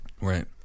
Right